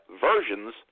versions